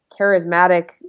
charismatic